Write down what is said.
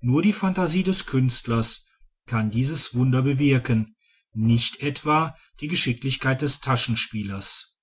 nur die phantasie des künstlers kann dieses wunder bewirken nicht etwa die geschicklichkeit des taschenspielers